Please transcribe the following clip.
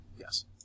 Yes